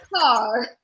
car